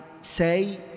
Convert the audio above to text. say